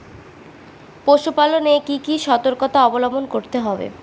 পশুপালন এ কি কি সর্তকতা অবলম্বন করতে হবে?